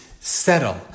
settle